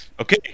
Okay